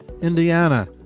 Indiana